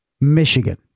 Michigan